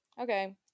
Okay